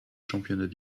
championnats